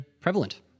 prevalent